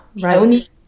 right